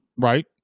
Right